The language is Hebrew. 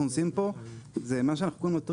עושים פה זה מה שאנחנו קוראים לו טריגר,